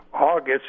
August